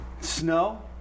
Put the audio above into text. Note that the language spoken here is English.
snow